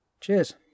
cheers